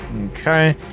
Okay